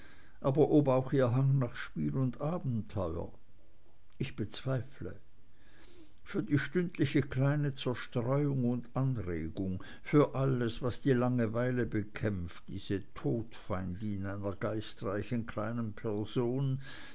aber ob auch ihr hang nach spiel und abenteuer ich bezweifle für die stündliche kleine zerstreuung und anregung für alles was die langeweile bekämpft diese todfeindin einer geistreichen kleinen person